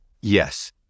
Yes